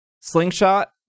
slingshot